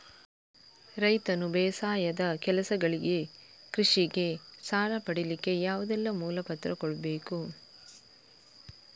ರೈತನು ಬೇಸಾಯದ ಕೆಲಸಗಳಿಗೆ, ಕೃಷಿಗೆ ಸಾಲ ಪಡಿಲಿಕ್ಕೆ ಯಾವುದೆಲ್ಲ ಮೂಲ ಪತ್ರ ಕೊಡ್ಬೇಕು?